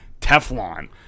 Teflon